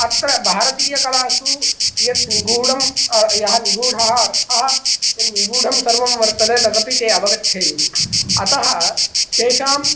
अत्र भारतीयकलासु यत् निगूढं यः निगूढः अर्थः निगूढं सर्वं वर्तते तदपि ते अवगच्छेयुः अतः तेषां